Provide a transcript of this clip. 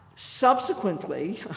Subsequently